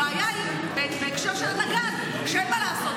הבעיה בהקשר של הנגד היא שאין מה לעשות,